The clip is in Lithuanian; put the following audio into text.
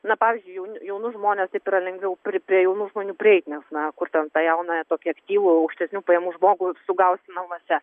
na pavyzdžiui jauni jaunus žmones taip yra lengviau pri prie jaunų žmonių prieiti nes na kur ten tą jauną tokį aktyvų aukštesnių pajamų žmogų sugausi namuose